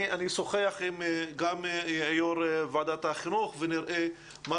אני אשוחח גם עם יושב ראש ועדת החינוך ונראה אולי